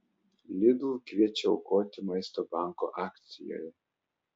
lidl kviečia aukoti maisto banko akcijoje